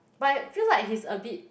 but it feel like he's a bit